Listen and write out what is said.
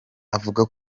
avuga